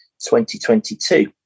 2022